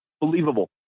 Believable